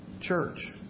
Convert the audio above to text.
church